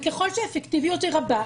ככל שהאפקטיביות היא רבה,